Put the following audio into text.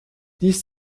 dies